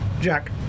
Jack